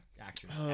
actress